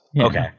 Okay